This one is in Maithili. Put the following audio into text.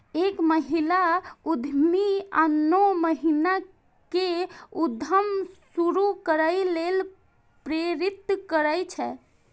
एक महिला उद्यमी आनो महिला कें उद्यम शुरू करै लेल प्रेरित करै छै